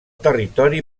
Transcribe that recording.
territori